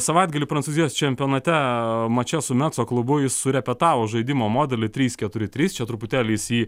savaitgalį prancūzijos čempionate mače su metso klubu jis surepetavo žaidimo modelį trys keturi trys čia truputėlį jis jį